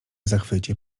zachwycie